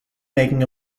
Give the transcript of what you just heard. making